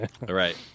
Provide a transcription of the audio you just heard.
Right